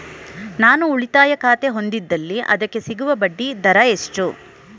ನಾನು ಉಳಿತಾಯ ಖಾತೆ ಹೊಂದಿದ್ದಲ್ಲಿ ಅದಕ್ಕೆ ಸಿಗುವ ಬಡ್ಡಿ ದರ ಎಷ್ಟು?